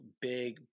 big